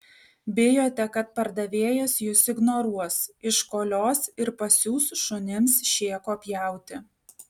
bijote kad pardavėjas jus ignoruos iškolios ir pasiųs šunims šėko pjauti